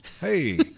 hey